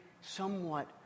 somewhat